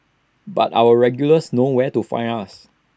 but our regulars know where to find us